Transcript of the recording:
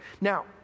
Now